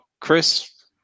Chris